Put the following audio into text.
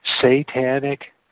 satanic